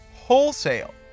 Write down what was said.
wholesale